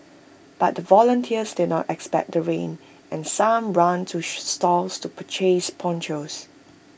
but the volunteers did not expect the rain and some ran to stores to purchase ponchos